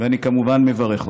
ואני כמובן מברך אותם.